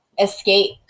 escape